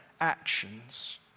actions